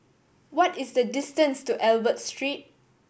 what is the distance to Albert Street